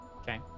Okay